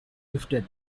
lifted